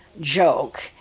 joke